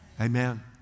Amen